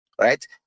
right